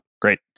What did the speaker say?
Great